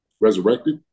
resurrected